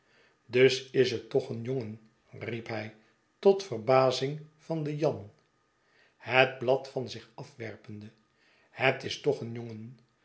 dus is het toch een jongen riep hij tot verbazing van den jan het blad van zich afwerpende het is toch een jongen